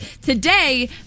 today